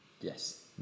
Yes